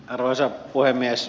arvoisa puhemies